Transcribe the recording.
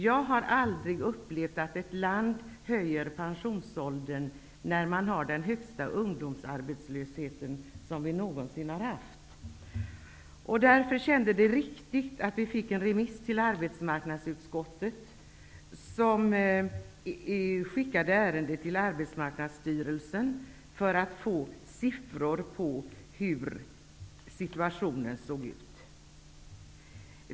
Jag har aldrig upplevt att ett land höjer pensionåldern samtidigt som man har den största ungdomsarbetslösheten någonsin. Det kändes därför riktigt med en remiss till arbetsmarknadsutskottet, som i sin tur skickade ärendet till Arbetsmarknadsstyrelsen för att få siffror framtagna över läget.